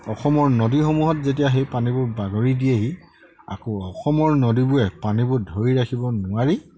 অসমৰ নদীসমূহত যেতিয়া সেই পানীবোৰ বাগৰি দিয়েহি আকৌ অসমৰ নদীবোৰে পানীবোৰ ধৰি ৰাখিব নোৱাৰি